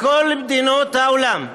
מכל מדינות העולם,